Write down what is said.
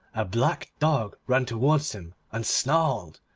a black dog ran towards him and snarled.